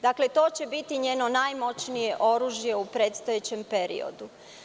To će biti njeno najmoćnije oružje u predstojećem periodu.